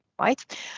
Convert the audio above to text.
right